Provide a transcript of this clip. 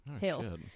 hill